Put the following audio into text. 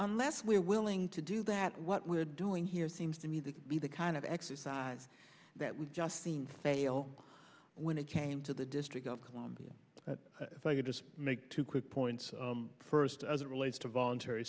unless we're willing to do that what we're doing here seems to me to be the kind of exercise that we've just seen fail when it came to the district of columbia if i could just make two quick points first as it relates to voluntary